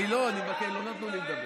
אני לא, אני מבקש, לא נתנו לי לדבר.